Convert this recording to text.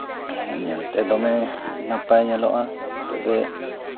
ᱧᱮᱞᱛᱮ ᱫᱚᱢᱮ ᱱᱟᱯᱟᱭ ᱧᱮᱞᱚᱜᱼᱟ ᱛᱚᱵᱮ